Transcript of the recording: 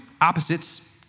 opposites